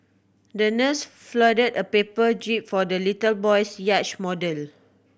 the nurse folded a paper jib for the little boy's yacht model